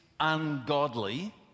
ungodly